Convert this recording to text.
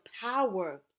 power